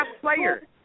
player